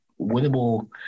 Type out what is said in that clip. winnable